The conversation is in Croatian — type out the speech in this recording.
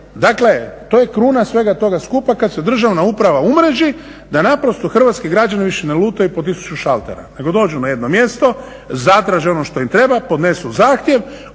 Dakle, to je kruna toga svega skupa kad se državna uprava umreži da naprosto hrvatski građani više ne lutaju po tisuću šaltera, nego dođu na jedno mjesto, zatraže ono što im treba, podnesu zahtjev.